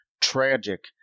tragic